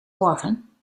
morgen